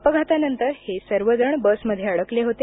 अपघातानंतर हे सर्वजण बसमध्ये अडकले होते